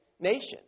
nation